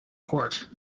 court